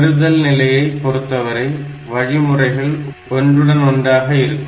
பெறுதல் நிலையை பொரறுத்தவரை வழிமுறைகள் ஒன்றுடன் ஒன்றாக இருக்கும்